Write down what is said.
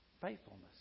faithfulness